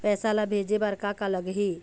पैसा ला भेजे बार का का लगही?